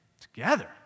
Together